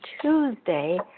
Tuesday